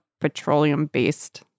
petroleum-based